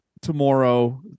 tomorrow